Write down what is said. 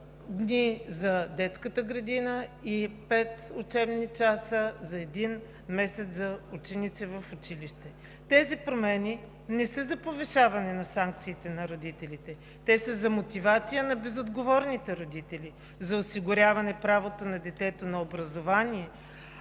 дни за детската градина и пет учебни часа за един месец за ученици в училище. Тези промени не са за повишаване на санкциите на родителите. Те са за мотивация на безотговорните родители за осигуряване правото на детето на образование,